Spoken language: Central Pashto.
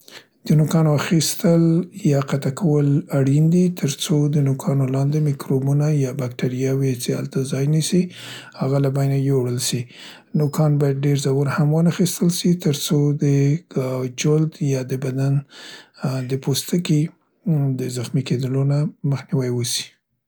د نوکانو اخیستل یا قطع کول اړین دي، تر څو د نوکانو لاندې مکروبونه یا بکتریاوې څې هلته یې ځای نیسي هغه له بینه یوړل سي. نوکان باید ډير زور هم وانخیستل سي تر څو د ګ، جلد یا د بدن د پوستکي د زخمی کیدلو نه مخنیوي وسي.